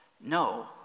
No